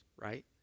right